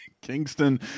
Kingston